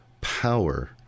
power